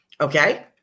Okay